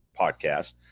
podcast